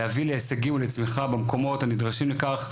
להביא להישגים ולצמיחה במקומות הנדרשים לכך,